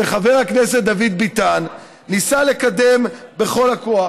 שחבר הכנסת דוד ביטן ניסה לקדם בכל הכוח,